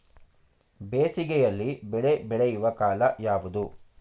ಬೇಸಿಗೆ ಯಲ್ಲಿ ಬೆಳೆ ಬೆಳೆಯುವ ಕಾಲ ಯಾವುದು?